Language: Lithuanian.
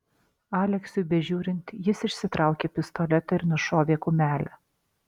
aleksiui bežiūrint jis išsitraukė pistoletą ir nušovė kumelę